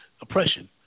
oppression